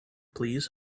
please